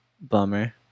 Bummer